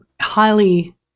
highly